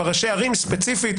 וראשי ערים ספציפית,